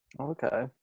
Okay